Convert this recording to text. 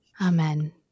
Amen